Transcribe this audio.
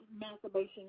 masturbation